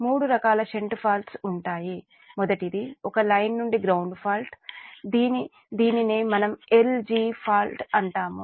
మూడు రకాల shunt faults ఉంటాయి మొదటిది ఒక లైన్ నుండి గ్రౌండ్ ఫాల్ట్ దీనినే మనం L G ఫాల్ట్ అంటాము